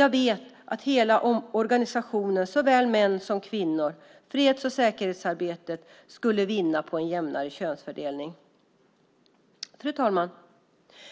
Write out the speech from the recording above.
Jag vet att hela organisationen, såväl män som kvinnor, och freds och säkerhetsarbetet skulle vinna på en jämnare könsfördelning. Fru talman!